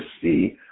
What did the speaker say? see